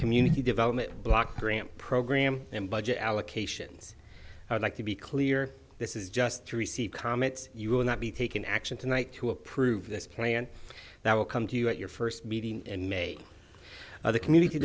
community development block grant program and budget allocations i would like to be clear this is just three comments you will not be taken action tonight to approve this plan that will come to you at your first meeting in may the community